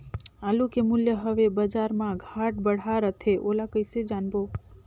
आलू के मूल्य हवे बजार मा घाट बढ़ा रथे ओला कइसे जानबो?